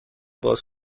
باز